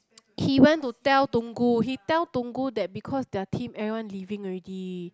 he went to tell Tunggu he tell Tunggu that because their team everyone leaving already